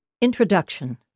Introduction